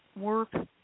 work